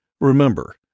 Remember